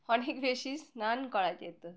অনেক বেশি স্নান করা যেত